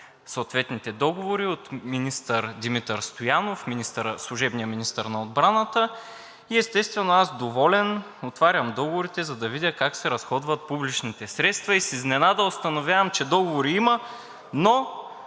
съответните договори от министър Димитър Стоянов, служебния министър на отбраната. Естествено, аз доволен, отварям договорите, за да видя как се разходват публичните средства, и с изненада установявам, че договори има, но